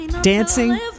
dancing